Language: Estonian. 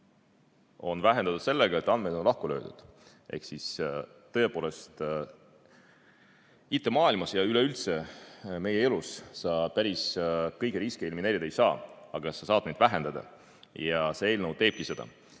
on vähendatud sellega, et andmed on lahku löödud, ehk siis tõepoolest IT-maailmas ja üleüldse elus sa päris kõiki riske elimineerida ei saa, aga sa saad neid vähendada ja see eelnõu teebki seda.